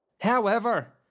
However